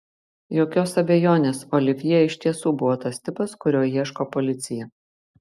jokios abejonės olivjė iš tiesų buvo tas tipas kurio ieško policija